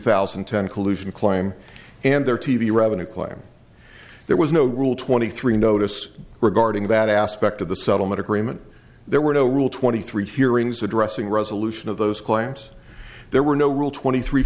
thousand and ten collusion claim and their t v revenue claim there was no rule twenty three notice regarding that aspect of the settlement agreement there were no rule twenty three hearings addressing resolution of those claims there were no rule twenty three